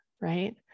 right